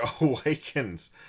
awakens